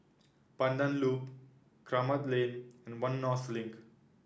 Pandan Loop Kramat Lane and One North Link